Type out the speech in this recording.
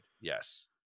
Yes